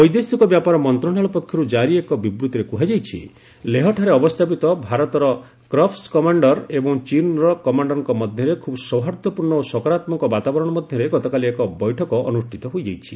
ବୈଦେଶିକ ବ୍ୟାପାର ମନ୍ତ୍ରଣାଳୟ ପକ୍ଷରୁ ଜାରି ଏକ ବିବୂତିରେ କୁହାଯାଇଛି ଲେହଠାରେ ଅବସ୍ଥାପିତ ଭାରତ କର୍ପ୍ସ କମାଣ୍ଡର ଏବଂ ଚୀନର କମାଶ୍ତରଙ୍କ ମଧ୍ୟରେ ଖୁବ୍ ସୌହାର୍ଦ୍ଦ୍ୟପୂର୍ଣ୍ଣ ଓ ସକାରାତ୍ମକ ବାତାବରଣ ମଧ୍ୟରେ ଗତକାଲି ଏକ ବୈଠକ ଅନୁଷ୍ଠିତ ହୋଇଯାଇଛି